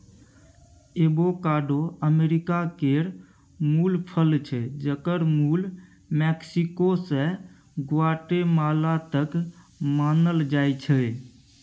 avocado America केर मुल फल छै जकर मुल मैक्सिको सँ ग्वाटेमाला तक मानल जाइ छै